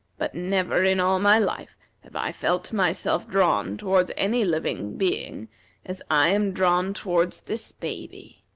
but never in all my life have i felt myself drawn towards any living being as i am drawn towards this baby.